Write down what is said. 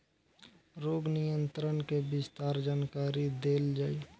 रोग नियंत्रण के विस्तार जानकरी देल जाई?